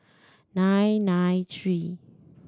nine nine three